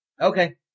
Okay